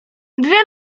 dwie